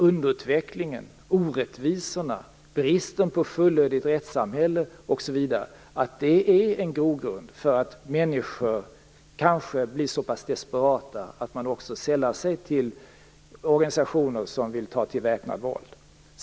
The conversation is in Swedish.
Underutvecklingen, orättvisorna, bristen på ett fullödigt rättssamhälle osv. är en grogrund för att människor kanske blir så desperata att de sällar sig till organisationer som vill ta till väpnat våld.